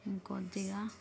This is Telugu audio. ఇంకొద్దిగా